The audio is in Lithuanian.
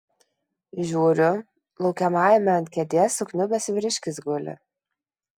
žiūriu laukiamajame ant kėdės sukniubęs vyriškis guli